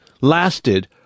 lasted